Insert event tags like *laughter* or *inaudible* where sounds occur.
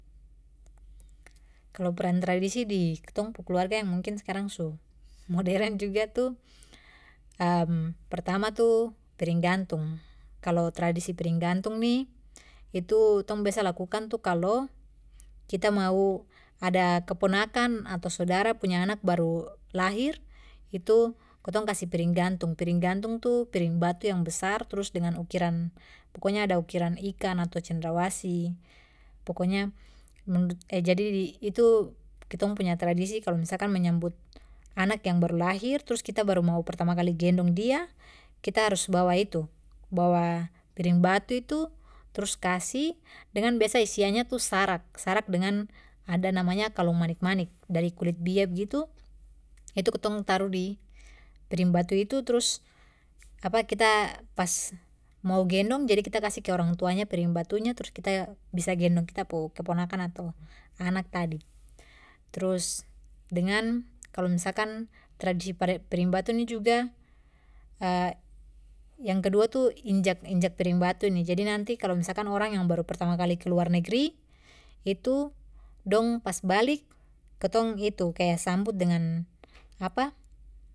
Kalo peran tradisi di kitong pu keluarga yang mungkin skarang su modern juga tu *hesitation* pertama tu piring gantung kalo tradisi piring gantung ni itu tong biasa lakukan tu kalo kita mau ada keponakan ato sodara punya anak baru lahir itu kasih piring gantung piring gantung tu piring batu yang besar trus dengan ukiran pokoknya ada ukiran ikan ato cendrawasih, pokoknya menurut eh jadi di itu kitong punya tradisi kalo misalkan menyambut anak yang baru lahir trus kita baru mau pertama kali gendong dia kita harus bawa itu bawa piring batu itu trus kasih dengan biasa isiannya itu sarak dengan ada namanya kalung manik manik dari kulit bia begitu itu kitong taruh di piring batu itu trus apa kita pas mau gendong jadi kita kasih ke orang tuanya piring batunya trus kita bisa gendong kita keponakan ato anak tadi, trus dengan kalo misalkan tradisi pari-piring batu ni juga *hesitation* yang kedua tu injak injak piring batu ni jadi nanti kalo misalkan orang yang baru pertama kali ke luar negri dong pas balik kitong itu kaya sambut dengan apa.